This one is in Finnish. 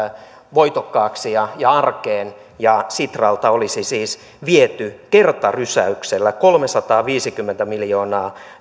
voitokkaaksi ja ja arkeen ja sitralta olisi siis viety kertarysäyksellä kolmesataaviisikymmentä miljoonaa